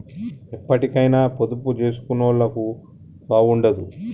ఎప్పటికైనా పొదుపు జేసుకునోళ్లకు సావుండదు